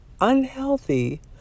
unhealthy